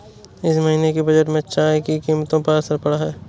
इस महीने के बजट में चाय की कीमतों पर असर पड़ा है